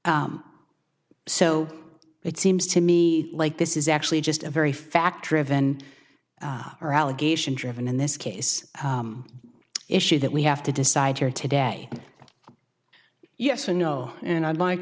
so it seems to me like this is actually just a very fact driven or allegation driven in this case issue that we have to decide here today yes or no and i'd like